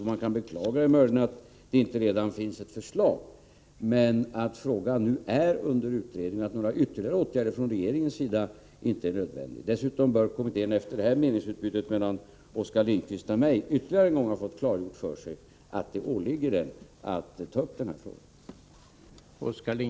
Vad man kan beklaga är möjligen att det inte redan finns ett förslag, men frågan är nu under utredning, och några ytterligare åtgärder från regeringens sida är inte nödvändiga. Dessutom bör kommittén efter det här meningsutbytet mellan Oskar Lindkvist och mig ytterligare en gång ha fått klargjort för sig att det åligger den att ta upp den här frågan.